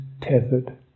tethered